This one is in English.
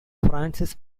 francis